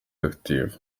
active